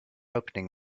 opening